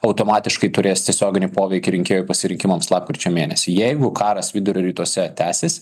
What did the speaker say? automatiškai turės tiesioginį poveikį rinkėjų pasirinkimams lapkričio mėnesį jeigu karas vidurio rytuose tęsis